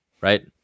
right